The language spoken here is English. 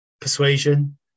persuasion